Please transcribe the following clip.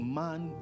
man